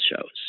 shows